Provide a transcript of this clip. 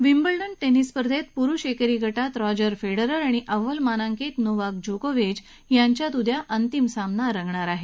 Wimbledon tennis स्पर्धेत पुरुष एकेरी गटात रॉजर फेडरर आणि अव्वल मानांकित नोवाक जोकोविच यांच्यात उद्या अंतिम सामना रगणार आहे